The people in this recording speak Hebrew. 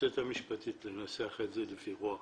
היועצת המשפטית לנסח את זה לפי רוח